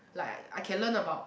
like I I can learn about